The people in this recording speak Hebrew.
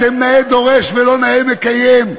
אתם נאה דורש ולא נאה מקיים.